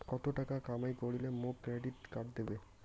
কত টাকা কামাই করিলে মোক ক্রেডিট কার্ড দিবে?